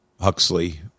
Huxley